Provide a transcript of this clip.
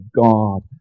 God